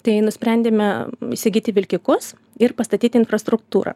tai nusprendėme įsigyti vilkikus ir pastatyti infrastruktūrą